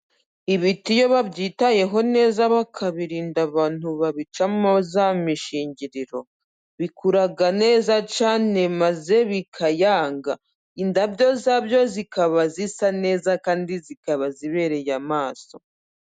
Ibiti iyo babyitayeho neza bakabirinda abantu babicamo za mishingiriro, bikuraga neza cyane maze bikayanga, indabyo zabyo zikaba zisa neza kandi zikaba zibereye amaso.